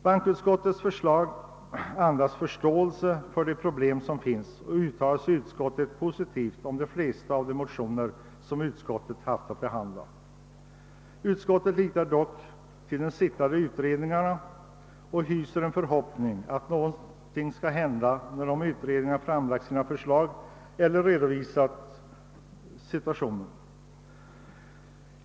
Bankoutskottets förslag andas förståelse för de problem som finns, och utskottet uttalar sig positivt om de flesta av de motioner som utskottet haft att behandla. Utskottet litar dock till de pågående utredningarna och hyser förhoppningen att något skall hända, när dessa utredningar har framlagt sina förslag eller redovisat sin syn på situationen.